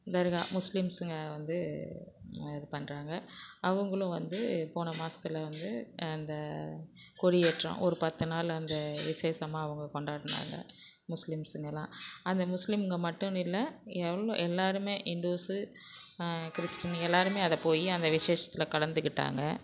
தர்கா முஸ்லீம்ஸுங்க வந்து இது பண்ணுறாங்க அவங்களும் வந்து போன மாசத்தில் வந்து அந்த கொடியேற்றம் ஒரு பத்துநாள் அந்த விசேஷமாக அவங்க கொண்டாடுனாங்கள் முஸ்லிம்ஸுங்கல்லாம் அந்த முஸ்லிம்ங்கள் மட்டும்னு இல்லை எல்லாருமே இந்துஸ் கிறிஸ்ட்டின் எல்லாருமே அதை போய் அந்த விசேஷத்தில் கலந்துக்கிட்டாங்க